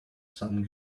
some